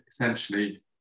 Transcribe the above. essentially